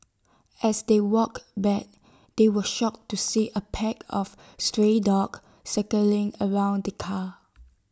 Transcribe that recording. as they walked back they were shocked to see A pack of stray dogs circling around the car